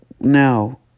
no